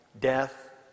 death